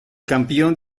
campeón